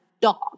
dog